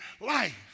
life